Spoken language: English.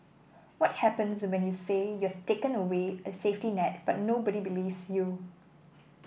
what happens when you say you've taken away a safety net but nobody believes you